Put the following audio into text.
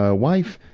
ah wife.